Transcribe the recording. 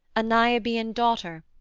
a niobean daughter,